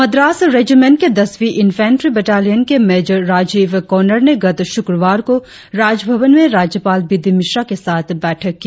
Madras regiment के दसवी infantry battalion के मेजर राजीव कोनर ने गत शुक्रवार को राजभवन में राज्यपाल बी डी मिश्रा के साथ बैठक की